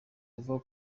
avuga